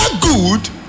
good